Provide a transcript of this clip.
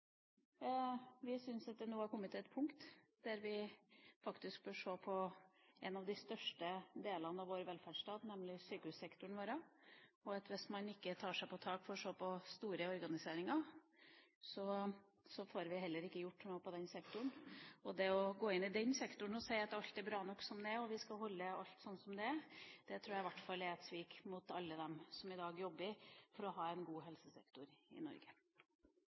er kommet til et punkt der vi faktisk bør se på en av de største delene av vår velferdsstat, nemlig sykehussektoren vår. Hvis man ikke tar seg på tak og ser på store organiseringer, får vi heller ikke gjort noe på den sektoren. En må gå inn i sektoren og se på om alt er bra nok som det er. At vi skal holde alt som det er, tror jeg i hvert fall er et svik mot alle dem som i dag jobber for å ha en god helsesektor i Norge.